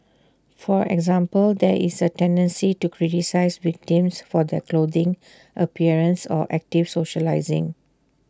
for example there is A tendency to criticise victims for their clothing appearance or active socialising